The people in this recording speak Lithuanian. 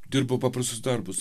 dirbo paprastus darbus